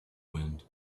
wind